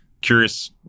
Curious